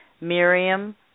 Miriam